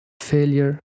failure